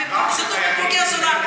וזה לגיטימי שיהיה כאן ויכוח וזה בסדר,